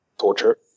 Torture